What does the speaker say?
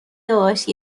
داشت